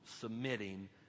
submitting